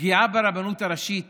הפגיעה ברבנות הראשית